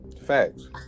Facts